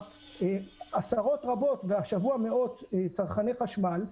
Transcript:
עשרות רבות והשבוע מאות צרכני חשמל,